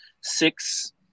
six